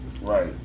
right